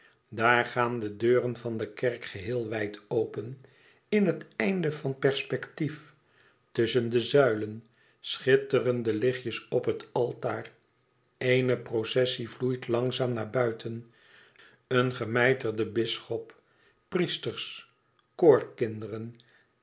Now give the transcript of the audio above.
daar gaan de deuren van de kerk geheel wijd open in het einde van perspectief tusschen de zuilen schitteren de lichtjes op het altaar eene processie vloeit langzaam naar buiten een gemyterde bisschop priesters